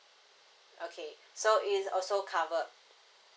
okay so it also covered